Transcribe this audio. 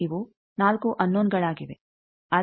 ಇವು 4 ಅನ್ನೋನಗಳಾಗಿವೆ